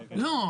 לא.